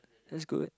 that's good